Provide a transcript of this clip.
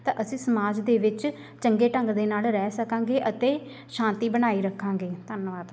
ਤਾਂ ਅਸੀਂ ਸਮਾਜ ਦੇ ਵਿੱਚ ਚੰਗੇ ਢੰਗ ਦੇ ਨਾਲ ਰਹਿ ਸਕਾਂਗੇ ਅਤੇ ਸ਼ਾਂਤੀ ਬਣਾਈ ਰੱਖਾਂਗੇ ਧੰਨਵਾਦ